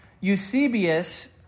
Eusebius